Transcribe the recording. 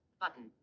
button